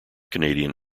canadian